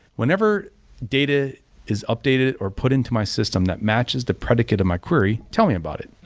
whenever data is updated or put into my system that matches the predicate of my query, tell me about it.